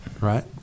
Right